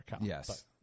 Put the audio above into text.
Yes